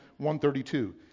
132